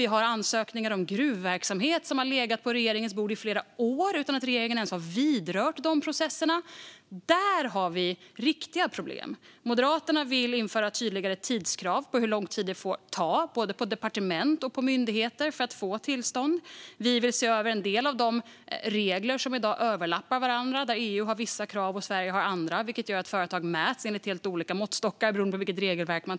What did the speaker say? Det finns ansökningar om gruvverksamhet som har legat på regeringens bord i flera år utan att regeringen ens har vidrört de processerna. Där finns riktiga problem. Moderaterna vill införa tydligare tidskrav på hur lång tid det får ta på både departement och myndigheter för att få tillstånd. Vi vill se över en del av de regler som i dag överlappar varandra, där EU har vissa krav och Sverige har andra, vilket gör att företag mäts enligt helt olika måttstockar beroende på regelverk.